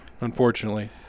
unfortunately